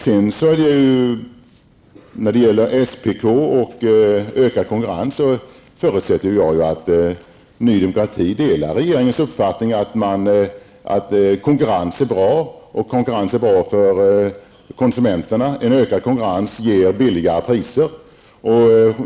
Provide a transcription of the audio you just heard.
Beträffande SPK och ökad konkurrens förutsätter jag att Ny Demokrati delar regeringens uppfattning att konkurrens är bra, att konkurrens är bra också för konsumenterna. En ökad konkurrens ger lägre priser.